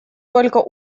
только